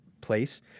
place